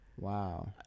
Wow